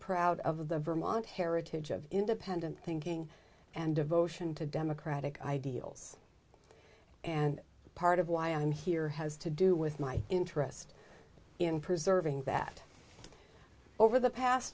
proud of the vermont heritage of independent thinking and devotion to democratic ideals and part of why i'm here has to do with my interest in preserving that over the past